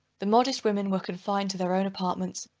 the modest women were confined to their own apartments,